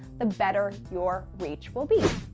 the better your reach will be.